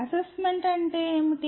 assessment అంటే ఏమిటి